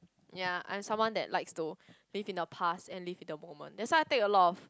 ya and someone that likes to live in the past and lift the moment that's why they take a lot of